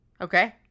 Okay